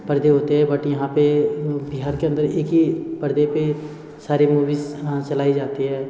पर्दे होते हैं बट यहाँ पर बिहार के अन्दर एक ही पर्दे पर सारे मूवीज़ चलाए जाते हैं